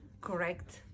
correct